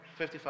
55